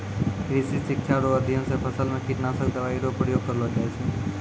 कृषि शिक्षा रो अध्ययन से फसल मे कीटनाशक दवाई रो प्रयोग करलो जाय छै